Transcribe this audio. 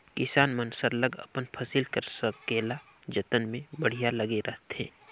किसान मन सरलग अपन फसिल कर संकेला जतन में बड़िहा लगे रहथें